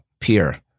peer